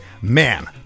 man